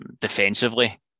defensively